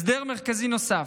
הסדר מרכזי נוסף,